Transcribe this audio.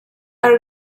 are